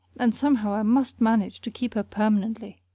and somehow i must manage to keep her permanently.